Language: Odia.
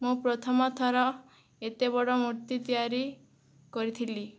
ମୁଁ ପ୍ରଥମଥର ଏତେବଡ଼ ମୂର୍ତ୍ତି ତିଆରି କରିଥିଲି